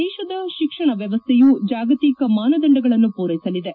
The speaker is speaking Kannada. ದೇಶದ ಶಿಕ್ಷಣ ವ್ಣವಸ್ವೆಯು ಜಾಗತಿಕ ಮಾನದಂಡಗಳನ್ನು ಪೂರೈಸಲಿದೆ